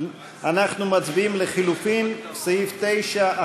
אנחנו מצביעים על לחלופין לסעיף 9,